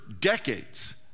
decades